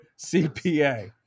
CPA